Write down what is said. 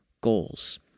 goals